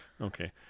Okay